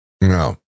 No